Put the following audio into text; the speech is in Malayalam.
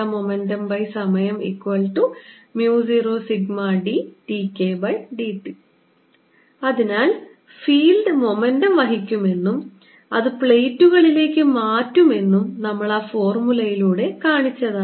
മൊമെന്റംസമയം0σddKdt അതിനാൽ ഫീൽഡ് മൊമെന്റം വഹിക്കുമെന്നും അത് പ്ലേറ്റുകളിലേക്ക് മാറ്റുമെന്നും നമ്മൾ ആ ഫോർമുലയിലൂടെ കാണിച്ചതാണ്